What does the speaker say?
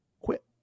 quit